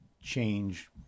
change